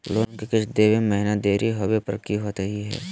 Loan के किस्त देवे महिना देरी होवे पर की होतही हे?